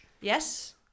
Yes